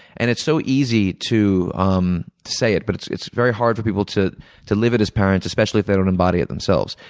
and it's so easy to um to say it but it's it's very hard for people to to live it to parent, especially if they don't embody it themselves.